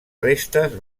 restes